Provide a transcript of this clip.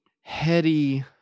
heady